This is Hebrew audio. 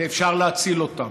ואפשר להציל אותם,